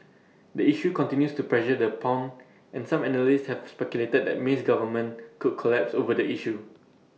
the issue continues to pressure the pound and some analysts have speculated that May's government could collapse over the issue